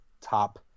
top